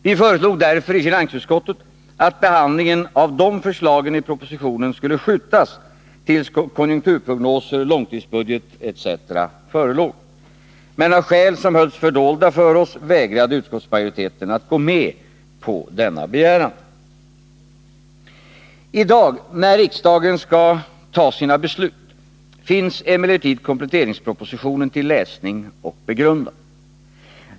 Vi föreslog därför i finansutskottet att behandlingen av dessa förslag i propositionen skulle flyttas fram tills konjunkturprognoser, långtidsbudget etc. förelåg. Men av skäl som hölls fördolda för oss vägrade utskottsmajoriteten att gå med på denna begäran. I dag, när riksdagen skall fatta sina beslut, finns emellertid kompletteringspropositionen till läsning och begrundan.